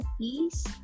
peace